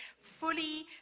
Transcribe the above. fully